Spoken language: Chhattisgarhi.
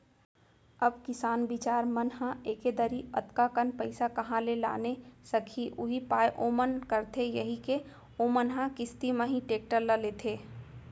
अब किसान बिचार मन ह एके दरी अतका कन पइसा काँहा ले लाने सकही उहीं पाय ओमन करथे यही के ओमन ह किस्ती म ही टेक्टर ल लेथे